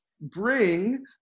bring